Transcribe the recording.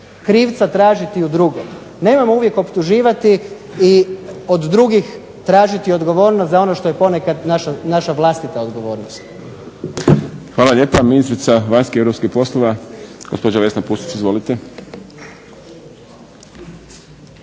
krivca tražiti u drugom. Nemojmo uvijek optuživati i od drugih tražiti odgovornost za ono što je ponekad naša vlastita odgovornost. **Šprem, Boris (SDP)** Hvala lijepa. Ministrica vanjskih i europskih poslova, gospođa Vesna Pusić. Izvolite.